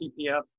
PPF